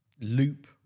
loop